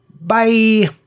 Bye